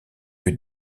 que